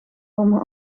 van